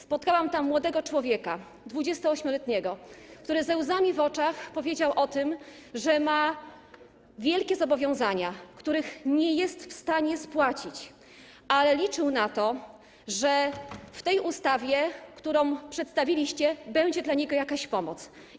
Spotkałam tam młodego człowieka, 28-letniego, który ze łzami w oczach powiedział o tym, że ma wielkie zobowiązania, których nie jest w stanie spłacić, ale liczył na to, że w tej ustawie, którą przedstawiliście, będzie dla niego jakaś pomoc.